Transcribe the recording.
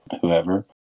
whoever